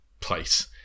place